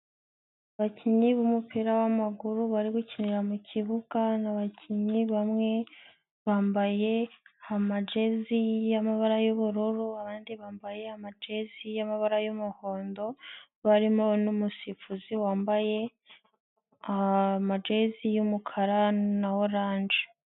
Abakinnyi b'umupira w'amaguru bari gukinira mu kibuga n'abakinnyi bamwe bambaye amajezi y'amabara y'ubururu abandi bambaye amajezi y'amabara y'umuhondo barimo n'umusifuzi wambaye amajezi y'umukara na oranje.